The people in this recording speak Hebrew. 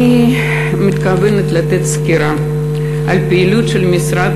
אני מתכוונת לתת סקירה על הפעילות של המשרד